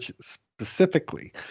specifically